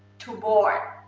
to board,